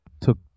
took